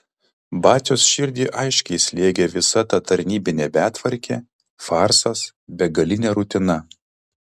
batios širdį aiškiai slėgė visa ta tarnybinė betvarkė farsas begalinė rutina